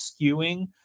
skewing